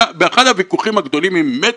באחד הוויכוחים הגדולים עם מטריקס,